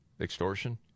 extortion